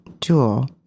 Jewel